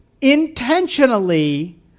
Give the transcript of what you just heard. intentionally